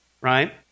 right